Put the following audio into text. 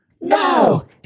No